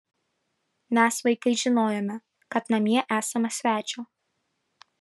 mes vaikai žinojome kad namie esama svečio